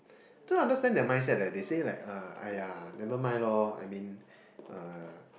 don't understand their mindsets leh they said like !aiya! nevermind loh I mean